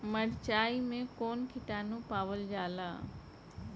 मारचाई मे कौन किटानु पावल जाला?